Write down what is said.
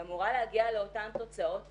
היא אמורה להגיע לאותן תוצאות בדיוק.